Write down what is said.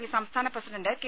P സംസ്ഥാന president K